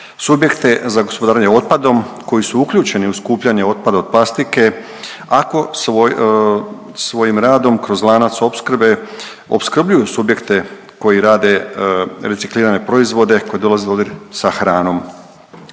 subjekte za gospodarenje otpadom koji su uključeni u skupljanje otpada od plastike ako svojim radom kroz lanac opskrbe opskrbljuju subjekte koji rade reciklirane proizvode koji dolaze u dodira sa hranom.